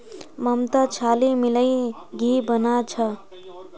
ममता छाली मिलइ घी बना छ